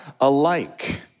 alike